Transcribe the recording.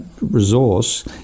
resource